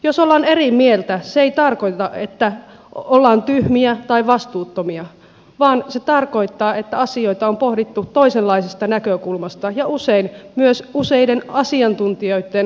jos ollaan eri mieltä se ei tarkoita että ollaan tyhmiä tai vastuuttomia vaan se tarkoittaa että asioita on pohdittu toisenlaisesta näkökulmasta ja usein myös useiden asiantuntijoitten evästyksellä